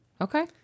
okay